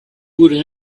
would